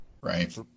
Right